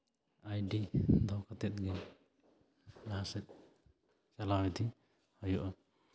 ID ᱫᱚᱦᱚ ᱠᱟᱛᱮ ᱜᱮ ᱡᱟᱦᱟᱸ ᱥᱮᱫ ᱪᱟᱞᱟᱣ ᱤᱫᱤ ᱦᱩᱭᱩᱜᱼᱟ